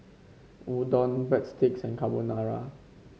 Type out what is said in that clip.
Udon Breadsticks and Carbonara